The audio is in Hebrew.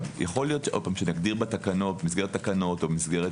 יכול להיות שנגדיר במסגרת תקנות או במסגרת